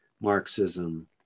Marxism